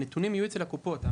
הנתונים יהיו אצל הקופות.